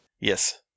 Yes